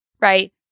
right